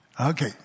Okay